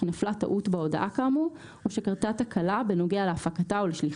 כי נפלה טעות בהודעה כאמור או שקרתה תקלה בנוגע להפקתה או לשליחתה.